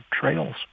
trails